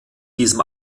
diesem